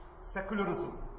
Secularism